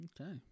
Okay